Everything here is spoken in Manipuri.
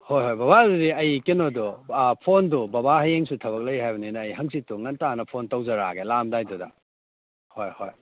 ꯍꯣꯏ ꯍꯣꯏ ꯕꯕꯥ ꯑꯗꯨꯗꯤ ꯑꯩ ꯀꯩꯅꯣꯗꯣ ꯐꯣꯟꯗꯣ ꯕꯕꯥ ꯍꯌꯦꯡꯁꯨ ꯊꯕꯛ ꯂꯩ ꯍꯥꯏꯕꯅꯤꯅ ꯑꯩ ꯍꯪꯆꯤꯠꯇꯣ ꯉꯟꯇꯥꯅ ꯐꯣꯟ ꯇꯧꯖꯔꯛꯑꯒꯦ ꯂꯥꯛꯑꯝꯗꯥꯏꯗꯨꯗ ꯍꯣꯏ ꯍꯣꯏ